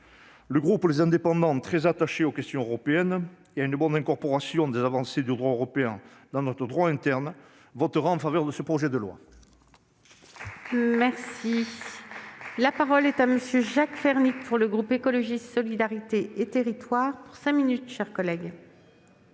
Le groupe Les Indépendants, très attaché aux questions européennes et à une bonne incorporation des avancées du droit européen dans notre droit interne, votera en faveur de ce projet de loi. La parole est à M. Jacques Fernique. Madame la présidente, madame la secrétaire d'État, mes chers collègues,